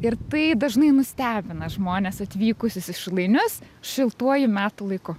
ir tai dažnai nustebina žmones atvykusius į šilainius šiltuoju metų laiku